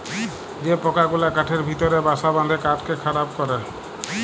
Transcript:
যে পকা গুলা কাঠের ভিতরে বাসা বাঁধে কাঠকে খারাপ ক্যরে